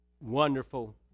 wonderful